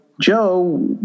Joe